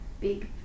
big